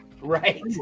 Right